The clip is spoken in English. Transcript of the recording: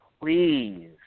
please